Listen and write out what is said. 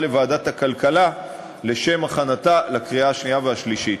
לוועדת הכלכלה לשם הכנתה לקריאה שנייה ושלישית.